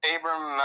Abram